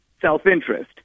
self-interest